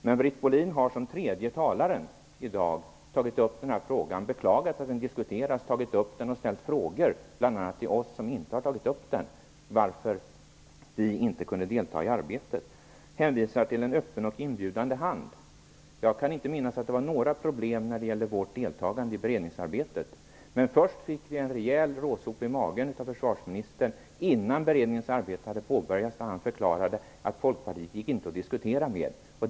Men Britt Bohlin har som tredje talare i dag tagit upp den här frågan, beklagat att den har diskuterats och frågat bl.a. oss som inte har tagit upp den varför vi inte kunde delta i arbetet. Hon hänvisar till en öppen och inbjudande hand. Jag kan inte minnas att det var några problem när det gällde vårt deltagande i beredningsarbetet. Men först fick vi en rejäl råsop i magen av försvarsministern innan beredningens arbete hade påbörjats när han förklarade att Folkpartiet gick det inte att diskutera med.